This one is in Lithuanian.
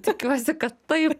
tikiuosi kad taip